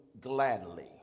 gladly